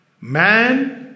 man